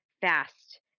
fast